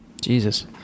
Jesus